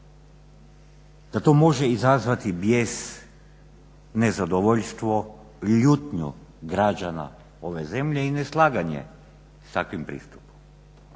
da to može izazvati bijes, nezadovoljstvo, ljutnju građana ove zemlje i neslaganje s takvim pristupom.